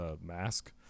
mask